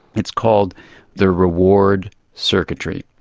it's called the reward circuitry.